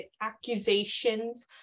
accusations